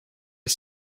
est